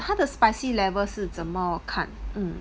他的 spicy level 是怎么看 mm